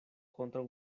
kontraŭ